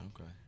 Okay